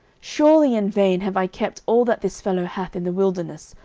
surely in vain have i kept all that this fellow hath in the wilderness,